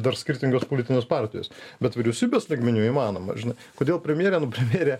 dar skirtingos politinės partijos bet vyriausybės lygmeniu įmanoma žinai kodėl premjerė nu premjerė